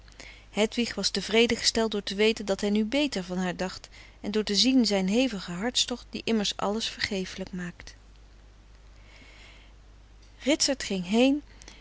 hedwig was tevreden gesteld door te weten dat hij nu beter van haar dacht en door te zien zijn hevigen hartstocht die immers alles vergefelijk maakt ritsert ging heen